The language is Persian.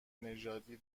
نژادی